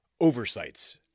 oversights